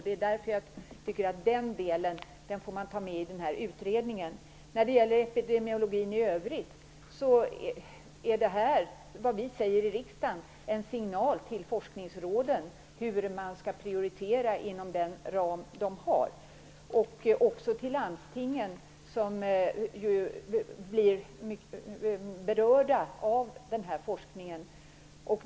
Det är därför jag tycker att man får ta med den delen i utredningen. När det gäller epidemiologin i övrigt är det som vi säger i riksdagen en signal till forskningsråden hur de skall prioritera inom den ram som de har. Det är också en signal till landstingen som blir berörda av denna forskning.